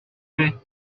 fait